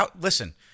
Listen